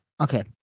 Okay